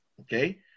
Okay